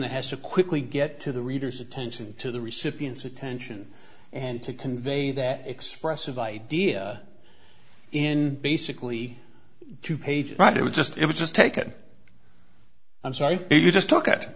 that has to quickly get to the reader's attention to the recipients attention and to convey that expressive idea in basically two pages right it was just it was just taken i'm sorry if you just took